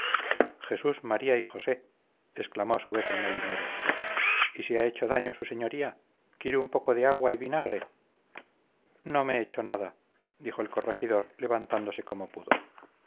jesús maría y josé exclamó a su vez el molinero y se ha hecho daño su señoría quiere un poco agua y vinagre no me he hecho nada exclamó el corregidor levantándose como pudo